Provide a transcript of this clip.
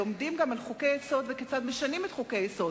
לומדים גם על חוקי-יסוד וכיצד משנים חוקי-היסוד,